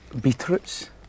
Beetroots